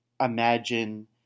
imagine